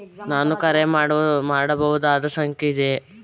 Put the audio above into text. ನಾನು ಕರೆ ಮಾಡಬಹುದಾದ ಸಂಖ್ಯೆ ಇದೆಯೇ?